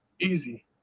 Easy